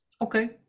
Okay